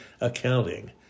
accounting